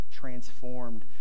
transformed